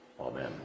Amen